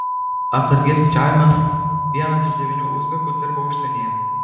atsargiais skaičiavimas vienas iš devynių uzbekų dirba užsienyje